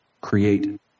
create